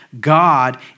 God